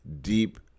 deep